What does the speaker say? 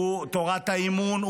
הוא תורת האימון,